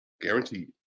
Guaranteed